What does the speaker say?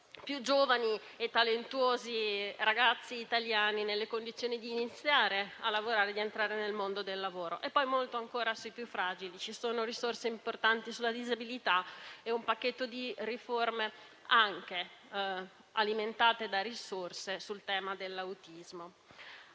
più giovani e talentuosi ragazzi italiani nelle condizioni di iniziare a lavorare e di entrare nel mondo del lavoro. Molto ancora sui più fragili: ci sono risorse importanti sulla disabilità e un pacchetto di riforme alimentate anche da risorse sul tema dell'autismo.